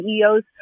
CEOs